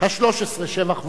השלוש-עשרה שבח וייס,